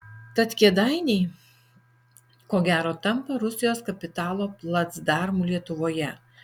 tad kėdainiai ko gero tampa rusijos kapitalo placdarmu lietuvoje